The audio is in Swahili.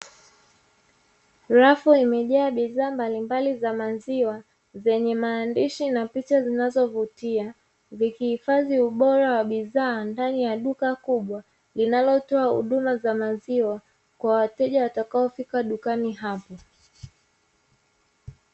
Rafu imejaa bidhaa mbalimbali za maziwa zenye maandishi na picha zinazo vutia, zikihifadhi ubora wa bidhaa ndani ya duka kubwa linalotoa huduma za maziwa kwa wateja watakao fika dukani hapo.